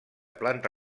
planta